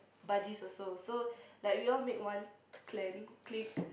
buddies also so like we all made one clan clique